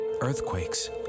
Earthquakes